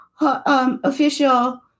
official